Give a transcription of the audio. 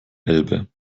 elbe